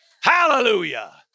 Hallelujah